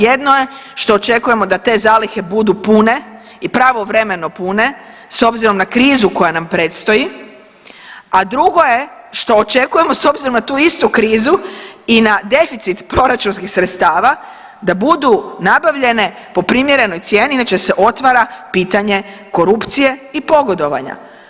Jedno je što očekujemo da te zalihe budu pune i pravovremeno pune s obzirom na krizu koja nam predstoji, a drugo je što očekujemo s obzirom na tu istu krizu i na deficit proračunskih sredstava, da budu nabavljene po primjerenoj cijeni, inače se otvara pitanje korupcije i pogodovanja.